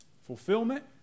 Fulfillment